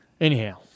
Anyhow